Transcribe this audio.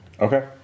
Okay